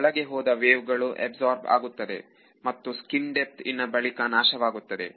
ಒಳಗೆ ಹೋದ ವೇವ್ ಗಳು ಅಬ್ಸಾರ್ಬ್ ಆಗುತ್ತದೆ ಮತ್ತು ಸ್ಕಿನ್ ಡೆಪ್ತ್ಇನ ಬಳಿಕ ನಾಶವಾಗುತ್ತದೆ